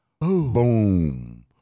boom